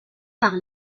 par